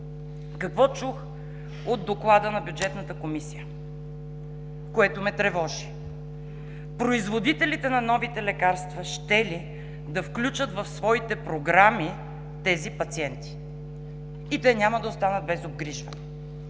Какво чух от Доклада на Бюджетната комисия, което ме тревожи? Производителите на новите лекарства щели да включат в своите програми тези пациенти и те няма да останат без обгрижване.